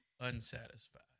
unsatisfied